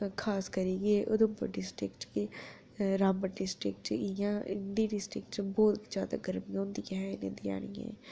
खास करियै उधमपुर डिस्ट्रिक्ट बिच बी ते रामबन च बी बहुत जादै गर्मी ते होंदी निं ऐ